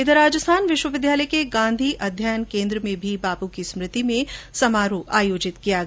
इधर राजस्थान विश्वविद्यालय के गांधी अध्ययन केन्द्र में भी बापू के जीवन पर समारोह आयोजित किया गया